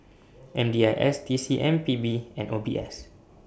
M D I S T C M P B and O B S